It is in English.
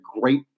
Great